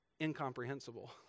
incomprehensible